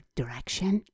direction